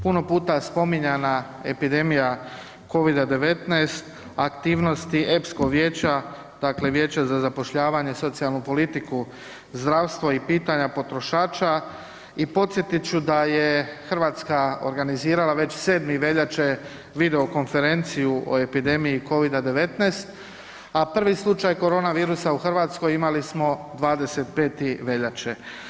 Puno puta spominjana epidemija Covida-19, aktivnosti EPSCO vijeća, dakle Vijeća za zapošljavanje, socijalnu politiku, zdravstvo i pitanje potrošača i podsjetit ću da je Hrvatska organizirala već 7. veljače videokonferenciju o epidemiji Covida-19, a prvi slučaj koronavirusa u Hrvatskoj imali smo 25. veljače.